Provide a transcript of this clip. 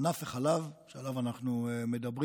ענף החלב, שעליו אנחנו מדברים,